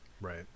Right